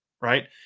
Right